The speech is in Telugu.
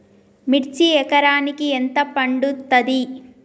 మిర్చి ఎకరానికి ఎంత పండుతది?